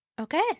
Okay